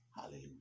Hallelujah